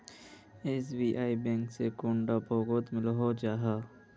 SBI bank से कैडा भागोत मिलोहो जाहा?